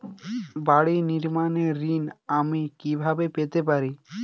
বাড়ি নির্মাণের ঋণ আমি কিভাবে পেতে পারি?